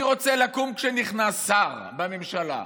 אני רוצה לקום כשנכנס שר בממשלה,